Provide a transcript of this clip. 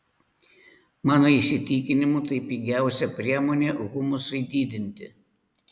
mano įsitikinimu tai pigiausia priemonė humusui didinti